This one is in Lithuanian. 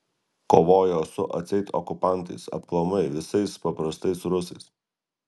kovojo su atseit okupantais aplamai visais paprastais rusais